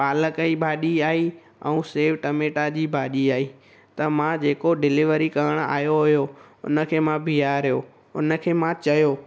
पालक जी भाॼी आई ऐं सेव टमेटा जी भाॼी आई त मां जेको डिलीवरी करण आयो हुयो उनखे मां बीहारियो उनखे मां चयो